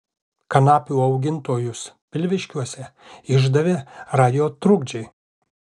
kanapių augintojus pilviškiuose išdavė radijo trukdžiai